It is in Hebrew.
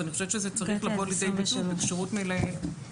אז אני חושבת שזה צריך לבוא לידי ביטוי בכשירות מנהל היחידה.